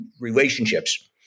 relationships